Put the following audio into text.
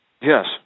Yes